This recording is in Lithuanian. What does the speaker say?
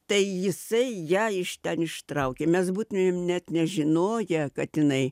tai jisai ją iš ten ištraukė mes būtumėm net nežinoję kad jinai